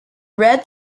red